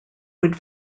would